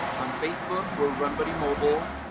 on facebook we're run buddy mobile.